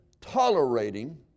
tolerating